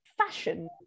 fashion